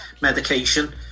medication